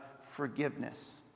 forgiveness